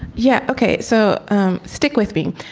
yeah, ok. so stick with me.